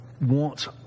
wants